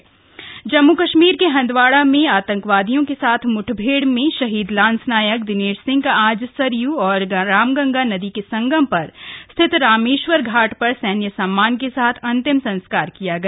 शहीद अंत्येष्टि जम्मू कश्मीर के हंदवाड़ा में आतंकवादियों के साथ मुठभेड़ में शहीद लांसनायक दिनेश सिंह का आज सरयू और रामगंगा नदी के संगम पर स्थित रामेश्वर घाट पर सैन्य सम्मान के साथ अंतिम संस्कार किया गया